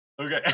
Okay